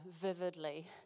vividly